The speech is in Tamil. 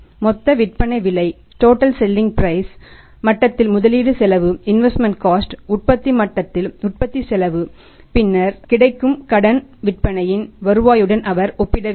மொத்த விற்பனை விலை மட்டத்தில் முதலீட்டு செலவு உற்பத்தி மட்டத்தில் உற்பத்தி செலவு மற்றும் பின்னர் கிடைக்கும் கடன் விற்பனையின் வருவாயுடன் அவர் ஒப்பிட வேண்டும்